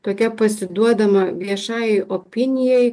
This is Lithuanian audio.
tokia pasiduodama viešajai opinijai